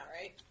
right